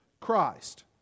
Christ